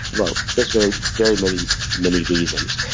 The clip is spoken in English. well, there're very very many many reasons.